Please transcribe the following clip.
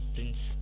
Prince